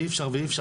אי-אפשר,